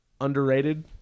underrated